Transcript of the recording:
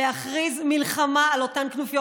הוא קודם כול להכריז מלחמה על אותן כנופיות